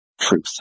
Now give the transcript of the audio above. truth